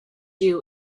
you